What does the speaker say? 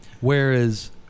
whereas